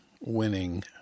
winning